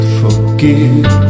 forgive